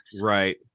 right